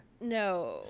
No